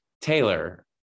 Taylor